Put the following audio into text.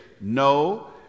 no